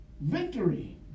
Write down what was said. Victory